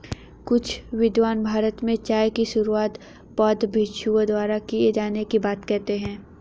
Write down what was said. कुछ विद्वान भारत में चाय की शुरुआत बौद्ध भिक्षुओं द्वारा किए जाने की बात कहते हैं